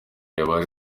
abari